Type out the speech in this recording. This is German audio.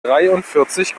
dreiundvierzig